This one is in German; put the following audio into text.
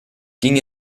ging